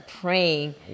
praying